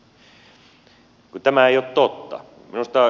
kun tämä ei ole totta